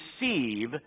receive